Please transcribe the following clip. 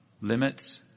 limits